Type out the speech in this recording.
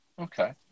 okay